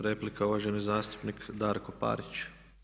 Replika, uvaženi zastupnik Darko Parić.